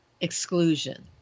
exclusion